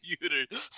computer